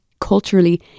culturally